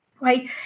right